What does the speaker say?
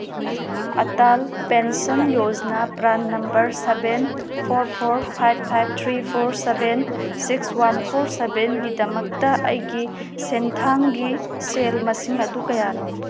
Atal pension Yojana PRAN number seven four four five five three four seven six one four ꯁꯕꯦꯟꯒꯤꯗꯃꯛꯇ ꯑꯩꯒꯤ ꯁꯦꯟꯊꯥꯡꯒꯤ ꯁꯦꯜ ꯃꯁꯤꯡ ꯑꯗꯨ ꯀꯌꯥꯅꯣ